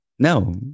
No